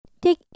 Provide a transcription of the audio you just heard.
Take